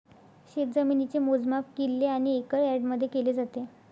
शेतजमिनीचे मोजमाप किल्ले आणि एकर यार्डमध्ये केले जाते